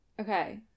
Okay